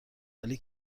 ولی